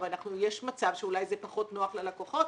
יש מצב שאולי זה פחות נוח ללקוחות,